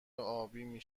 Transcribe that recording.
ابی